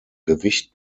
gewicht